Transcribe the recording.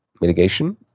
mitigation